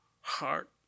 heart